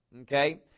Okay